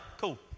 Cool